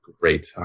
great